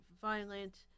violent